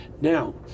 Now